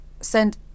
send